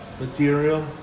material